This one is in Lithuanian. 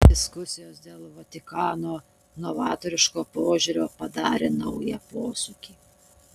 diskusijos dėl vatikano novatoriško požiūrio padarė naują posūkį